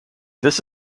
this